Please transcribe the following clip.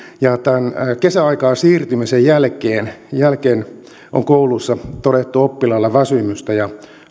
ja kesäaikaan siirtymisen jälkeen jälkeen on kouluissa todettu oppilailla väsymystä ja